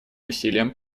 усилиям